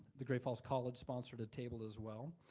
the great falls college sponsored a table as well.